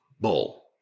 bull